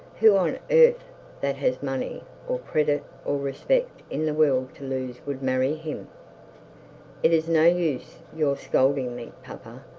who on earth that has money, or credit, or respect in the world to lose, would marry him it is no use your scolding me, papa.